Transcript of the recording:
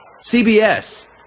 cbs